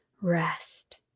rest